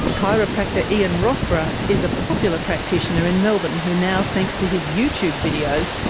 chiropractor ian rossborough is a popular practitioner in melbourne who now, thanks to his youtube videos,